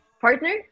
partner